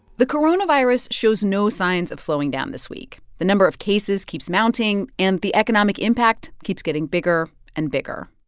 the coronavirus shows no signs of slowing down this week. the number of cases keeps mounting, and the economic impact keeps getting bigger and bigger.